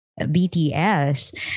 BTS